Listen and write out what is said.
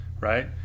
right